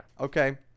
Okay